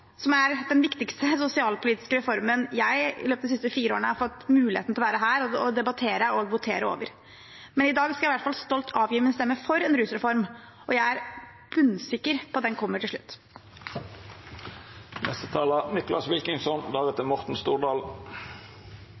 som er den viktigste sosialpolitiske reformen jeg i løpet av de siste fire årene har fått muligheten til å være her og debattere og votere over. Men i dag skal jeg i hvert fall stolt avgi min stemme for en rusreform, og jeg er bunnsikker på at den kommer til slutt.